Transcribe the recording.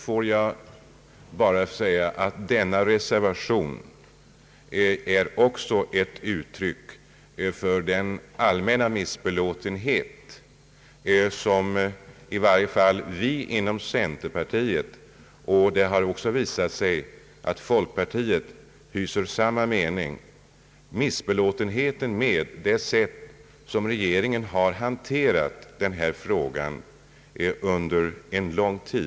Låt mig bara säga att denna reservation också är ett utryck för den allmänna missbelåtenhet som i varje fall vi inom centerpartiet känner — det har också visat sig att folkpartiet hyser samma mening — med det sätt på vilket regeringen under lång tid har hanterat denna fråga.